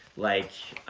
like